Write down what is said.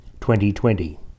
2020